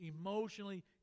emotionally